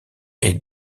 est